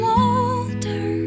older